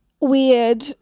weird